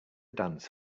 dance